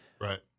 Right